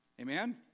Amen